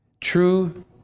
True